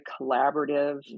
collaborative